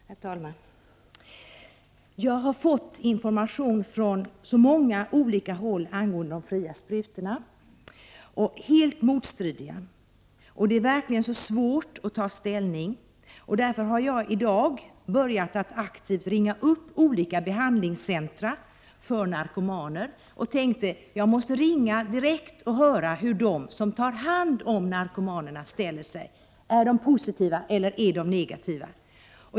Herr talman! Jag har fått information från många olika håll angående de fria sprutorna, och uppgifterna är helt motstridiga. Det är verkligen svårt att ta ställning i frågan. Jag har därför i dag aktivt börjat ringa runt till olika behandlingscentra för narkomaner. Jag tänkte att jag måste ringa direkt och höra hur de som tar hand om narkomanerna ställer sig i frågan. Är de positiva eller är de negativa?